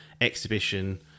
exhibition